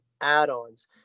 add-ons